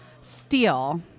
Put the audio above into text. Steel